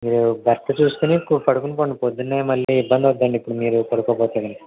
మీరు బెర్త్ చూసుకొని పడుకొనిపొండి పొద్దున్నే మళ్ళీ ఇబ్బంది అవ్వుదండి ఇప్పుడు మీరు పడుకోపోతే